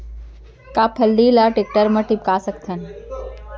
का फल्ली ल टेकटर म टिपका सकथन?